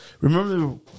remember